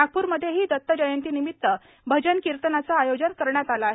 नागप्रमध्येही दत्त जयंतीनिमित्त भजन कीर्तनाचे आयोजन करण्यात आले आहे